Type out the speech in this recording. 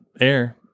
air